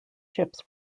ships